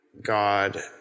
God